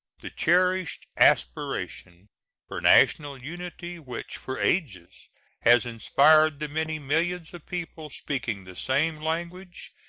the cherished aspiration for national unity which for ages has inspired the many millions of people speaking the same language,